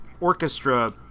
orchestra